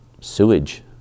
sewage